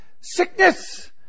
sickness